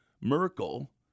Merkel